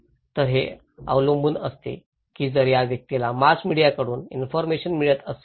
तर हे अवलंबून असते की जर या व्यक्तीला मास मीडियाकडून इन्फॉरमेशन मिळत असेल तर